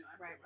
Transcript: Right